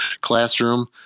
classroom